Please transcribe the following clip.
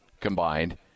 combined